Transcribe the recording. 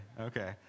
okay